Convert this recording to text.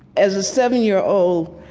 as a seven year old,